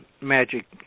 magic